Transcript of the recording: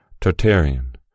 Tartarian